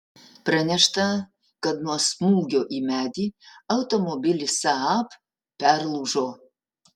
pranešta kad nuo smūgio į medį automobilis saab perlūžo